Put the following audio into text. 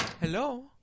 Hello